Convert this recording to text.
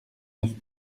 neuf